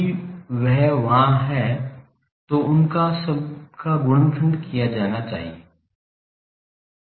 यदि वह वहां है तो उनका सबका गुणनखंड किया जाना चाहिए कुशलता के रूम में